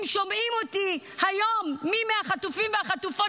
אם שומעים אותי היום מי מהחטופים והחטופות,